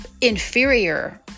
inferior